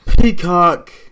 peacock